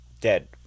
Dead